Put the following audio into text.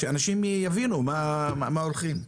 על מנת שאנשים יבינו לאן הולכים.